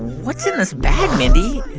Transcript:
what's in this bag, mindy?